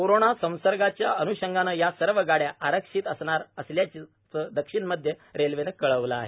corona संसर्गाच्या अन्षंगानं या सर्व गाड्या आरक्षित असणार असल्याचं दक्षिण मध्य रेल्वेनं कळवलं आहे